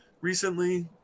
recently